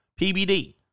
PBD